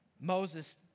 Moses